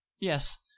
Yes